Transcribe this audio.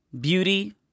beauty